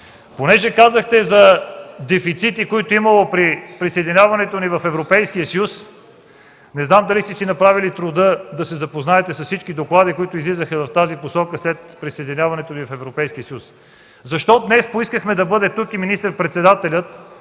случи. Казахте за дефицити, които имало при присъединяването ни в Европейския съюз. Не зная дали сте си направили труда да се запознаете с всички доклади, които излизаха в тази посока след присъединяването ни към Европейския съюз. Защо днес поискахме да бъде тук и министър-председателят